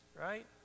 Right